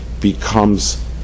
becomes